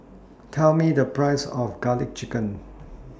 Tell Me The Price of Garlic Chicken